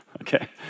okay